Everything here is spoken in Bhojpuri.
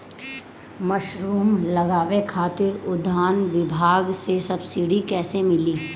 मशरूम लगावे खातिर उद्यान विभाग से सब्सिडी कैसे मिली?